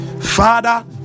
Father